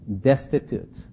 destitute